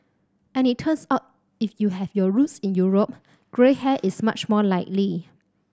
and it turns out if you have your roots in Europe grey hair is much more likely